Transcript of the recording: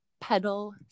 pedal